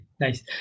nice